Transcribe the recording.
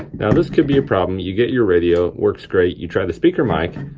now this could be a problem. you get your radio, works great, you try the speaker mic,